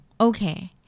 Okay